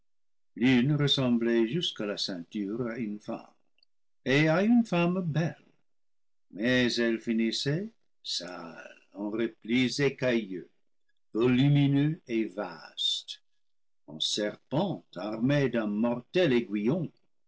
l'une ressemblait jusqu'à la ceinture à une femme et à une femme belle mais elle finissait sale eu replis écailleux volumineux et vastes en serpent armé d'un mortel aiguillon